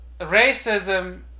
racism